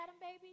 baby